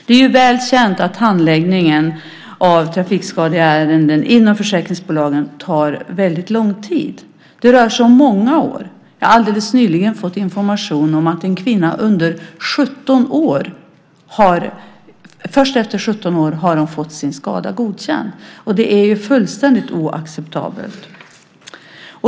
Det är väl känt att handläggningen av trafikskadeärenden inom försäkringsbolagen tar väldigt lång tid. Det rör sig om många år. Jag har nyligen fått information om att en kvinna först efter 17 år har fått sin skada godkänd. Det är fullständigt oacceptabelt.